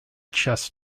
chess